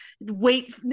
wait